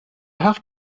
have